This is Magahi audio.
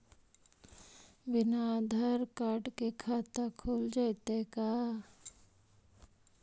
बिना आधार कार्ड के खाता खुल जइतै का?